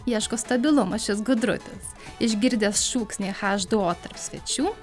ieško stabilumo šis gudrutis išgirdęs šūksnį haš du o tarp svečių